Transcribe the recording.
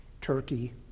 Turkey